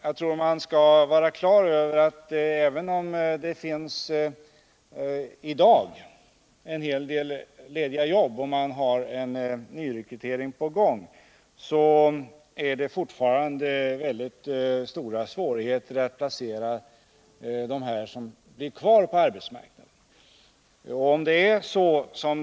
Jag tror att man skall vara på det klara med att ävenom 12 november 1979 det i dag finns en hel del lediga jobb och även om en nyrekrytering är på gång, så har man fortfarande väldigt stora svårigheter att placera dessa som blir kvar Om anställningspå arbetsmarknaden.